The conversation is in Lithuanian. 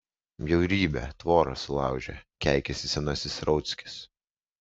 bjaurybė tvorą sulaužė keikiasi senasis rauckis